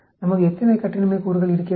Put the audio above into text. நமக்கு எத்தனை கட்டின்மை கூறுகள் இருக்கிறது